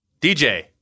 DJ